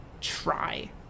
try